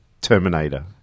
Terminator